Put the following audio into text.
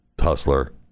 Hustler